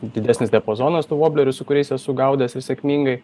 didesnis diapazonas tų voblerių su kuriais esu gaudęs ir sėkmingai